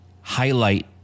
highlight